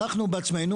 אנחנו בעצמנו,